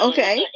Okay